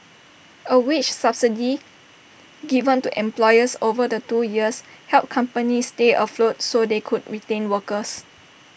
A wage subsidy given to employers over the two years help companies stay afloat so they could retain workers